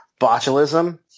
botulism